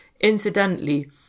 Incidentally